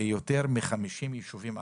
ביותר מ-50 יישובים ערביים.